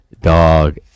dog